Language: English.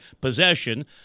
possession